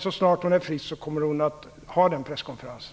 Så snart hon är frisk kommer hon att ha den presskonferensen.